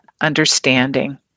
understanding